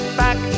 back